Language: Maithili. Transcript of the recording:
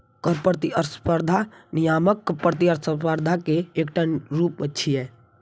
कर प्रतिस्पर्धा नियामक प्रतिस्पर्धा के एकटा रूप छियै